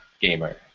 gamer